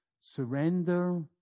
surrender